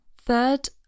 Third